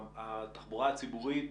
התחבורה הציבורית,